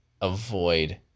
avoid